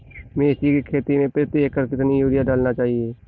मेथी के खेती में प्रति एकड़ कितनी यूरिया डालना चाहिए?